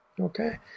okay